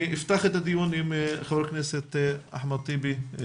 אפתח את הדיון עם ח"כ אחמד טיבי,